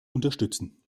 unterstützen